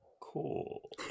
cool